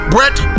Brett